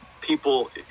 people